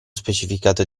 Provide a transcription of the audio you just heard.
specificato